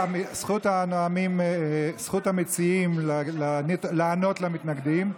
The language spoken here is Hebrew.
זכות המציעים לענות למתנגדים.